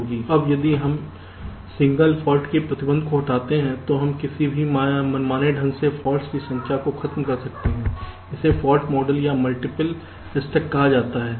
अब अब यदि हम सिंगल फाल्ट के प्रतिबंध को हटाते हैं तो हम किसी भी मनमाने ढंग से फॉल्ट्स की संख्या को ख़त्म कर सकते हैं इसे फाल्ट मॉडल पर मल्टीपल स्टक कहा जाता है